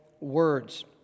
words